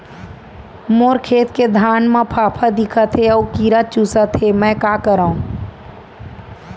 मोर खेत के धान मा फ़ांफां दिखत हे अऊ कीरा चुसत हे मैं का करंव?